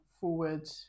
forward